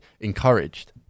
encouraged